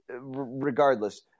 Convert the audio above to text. Regardless